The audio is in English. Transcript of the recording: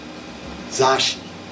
Zashi